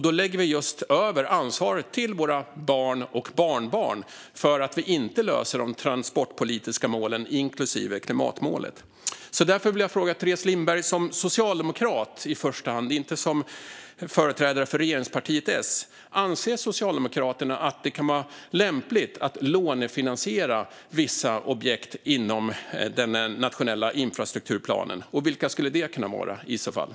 Då lägger vi över ansvaret just till våra barn och barnbarn för att vi inte löser de transportpolitiska målen, inklusive klimatmålet. Därför vill jag fråga Teres Lindberg som i första hand socialdemokrat, inte som företrädare för regeringspartiet S: Anser Socialdemokraterna att det kan vara lämpligt att lånefinansiera vissa objekt i den nationella infrastrukturplanen, och vilka skulle det i så fall kunna vara?